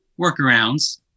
workarounds